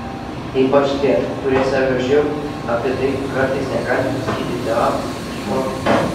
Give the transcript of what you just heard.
ypač tie kurie serga živ apie tai kartais negali pasakyti tėvams žmonai